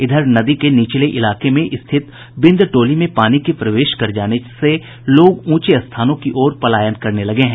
इधर नदी के निचले इलाके में स्थित बिंद टोली में पानी के प्रवेश कर जाने से लोग ऊंचे स्थानों की ओर पलायन करने लगे हैं